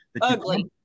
Ugly